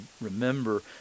remember